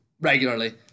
Regularly